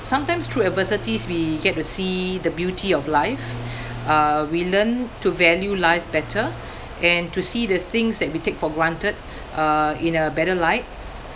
sometimes through adversities we get to see the beauty of life uh we learn to value life better and to see the things that we take for granted uh in a better light